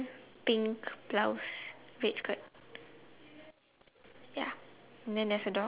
okay then the